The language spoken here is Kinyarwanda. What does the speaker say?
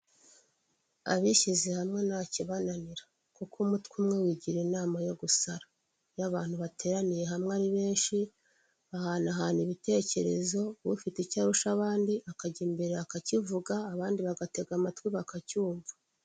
Abishyize hamwe ntakibananira kuko umutwe umwe wigira inama yo gusara, iyo abantu bateraniye hamwe ari benshi bahanahana ibitekerezo, ufite icyo arusha abandi akajya imbere akakivuga abandi bagatega amatwi bakacyumva.